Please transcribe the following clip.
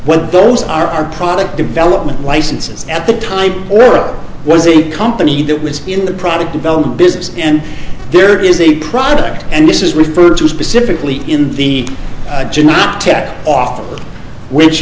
but those are our product development licenses at the time or was a company that was in the product development business and there is a product and this is referred to specifically in the janata office which